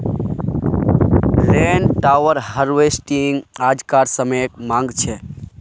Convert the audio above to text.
rain water harvesting आज्कार समयेर मांग छे